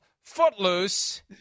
footloose